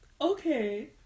Okay